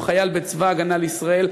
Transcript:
הוא חייל בצבא ההגנה לישראל,